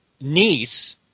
niece